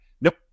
Nope